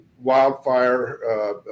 wildfire